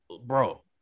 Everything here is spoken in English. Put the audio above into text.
bro